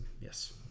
yes